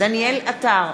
דניאל עטר,